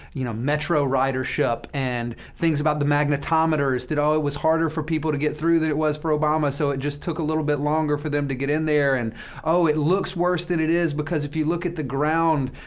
you know, metro ridership and things about the magnetometers that, oh, it was harder for people to get through than it was for obama, so it just took a little bit longer for them to get in there. and oh, it looks worse than it is because if you look at the ground,